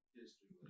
history